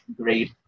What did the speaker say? great